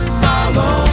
follow